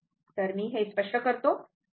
तर मी हे स्पष्ट करते